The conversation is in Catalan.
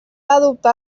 adoptar